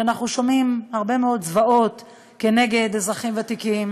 שאנחנו שומעים הרבה מאוד זוועות כנגד אזרחים ותיקים,